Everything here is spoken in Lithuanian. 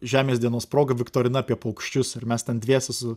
žemės dienos proga viktorina apie paukščius ir mes ten dviese su